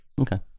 Okay